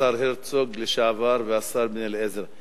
השר הרצוג והשר בנימין בן-אליעזר.